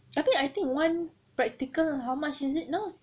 tapi I think one practical how much is it now